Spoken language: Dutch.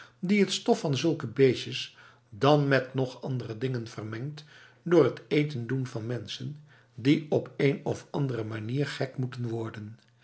die het stof van zulke beestjes dan met nog andere dingen vermengd door het eten doen van mensen die op een of andere manier gek moeten worden